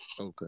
okay